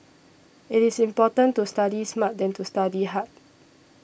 it is important to study smart than to study hard